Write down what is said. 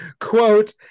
quote